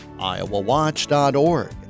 iowawatch.org